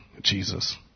Jesus